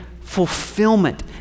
fulfillment